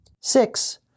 Six